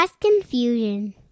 Confusion